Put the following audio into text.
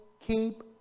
keep